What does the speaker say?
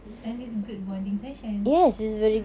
and it's good bonding session